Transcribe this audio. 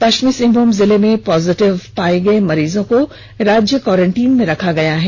पष्चिम सिहंभूम जिले में पॉजिटिव पाए गए मरीज को राज्य क्वारेंटीन में रखा गया है